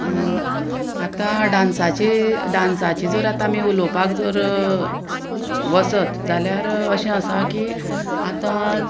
आतां डांसाची डांसाची जर आतां आमी उलोवपाक जर वसत जाल्यार अशें आसा की आतां